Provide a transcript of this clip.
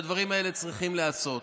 שהדברים הללו צריכים להיעשות.